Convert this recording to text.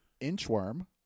Inchworm